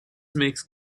makes